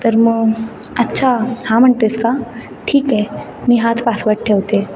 तर मग अच्छा हा म्हणते आहेस का ठीक आहे मी हाच पासवर्ड ठेवते